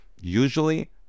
usually